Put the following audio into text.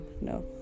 No